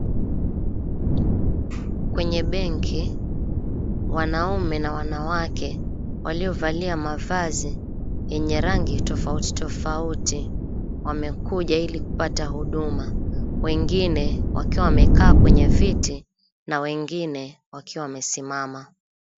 Kwenye benki wanaume na wanawake waliovalia mavazi yenye rangi tofauti tofauti wamekuja kupata huduma wengine wakiwa wamekaa kwenye viti na wengine wakiwa wamesimama.